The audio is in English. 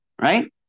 Right